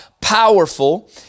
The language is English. powerful